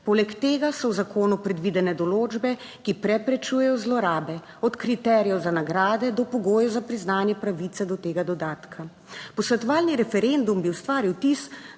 Poleg tega so v zakonu predvidene določbe, ki preprečujejo zlorabe, od kriterijev za nagrade do pogojev za priznanje pravice do tega dodatka. Posvetovalni referendum bi ustvaril vtis,